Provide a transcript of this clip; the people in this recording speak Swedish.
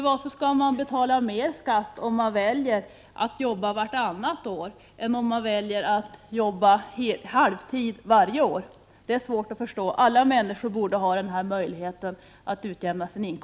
Varför skall man betala mer skatt om man väljer att arbeta vartannat år än om man väljer att arbeta halvtid varje år? Det är svårt att förstå. Alla människor borde ha den här möjligheten till utjämning.